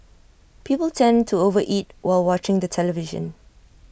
people tend to over eat while watching the television